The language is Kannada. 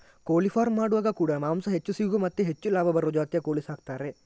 ಕೋಳಿ ಫಾರ್ಮ್ ಮಾಡುವಾಗ ಕೂಡಾ ಮಾಂಸ ಹೆಚ್ಚು ಸಿಗುವ ಮತ್ತೆ ಹೆಚ್ಚು ಲಾಭ ಬರುವ ಜಾತಿಯ ಕೋಳಿ ಸಾಕ್ತಾರೆ